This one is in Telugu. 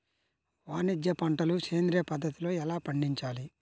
వాణిజ్య పంటలు సేంద్రియ పద్ధతిలో ఎలా పండించాలి?